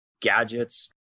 gadgets